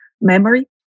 memory